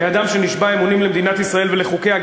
כאדם שנשבע אמונים למדינת ישראל ולחוקיה,